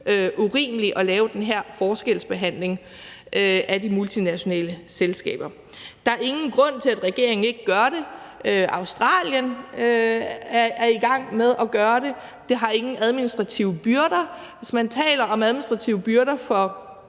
urimeligt at lave den her forskelsbehandling af de multinationale selskaber. Så der er ingen grund til, at regeringen ikke gør det. Australien er i gang med at gøre det, og der er ingen administrative byrder, og hvis man taler om administrative byrder for